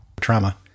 trauma